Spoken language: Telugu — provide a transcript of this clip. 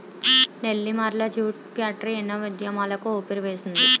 నెల్లిమర్ల జూట్ ఫ్యాక్టరీ ఎన్నో ఉద్యమాలకు ఊపిరివేసింది